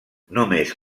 només